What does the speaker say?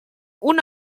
una